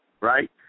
right